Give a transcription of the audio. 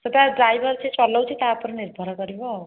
ସେଟା ଡ଼୍ରାଇଭର୍ ଯିଏ ଚଲଉଛି ତା ଉପରେ ନିର୍ଭର କରିବ ଆଉ